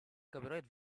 copyright